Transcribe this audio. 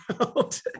out